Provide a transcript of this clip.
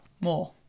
more